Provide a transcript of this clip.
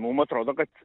mum atrodo kad